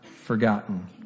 forgotten